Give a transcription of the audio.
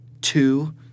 two